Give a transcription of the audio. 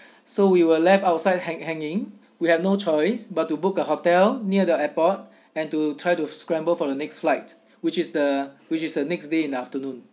so we were left outside hang hanging we have no choice but to book a hotel near the airport and to try to scramble for the next flight which is the which is the next day in the afternoon